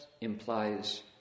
implies